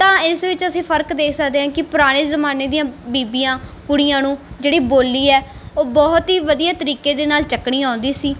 ਤਾਂ ਇਸ ਵਿੱਚ ਅਸੀਂ ਫਰਕ ਦੇਖ ਸਕਦੇ ਹਾਂ ਕਿ ਪੁਰਾਣੇ ਜਮਾਨੇ ਦੀਆਂ ਬੀਬੀਆਂ ਕੁੜੀਆੰ ਨੂੰ ਜਿਹੜੀ ਬੋਲੀ ਹੈ ਉਹ ਬਹੁਤ ਹੀ ਵਧੀਆ ਤਰੀਕੇ ਦੇ ਨਾਲ ਚੱਕਣੀ ਆਉਂਦੀ ਸੀ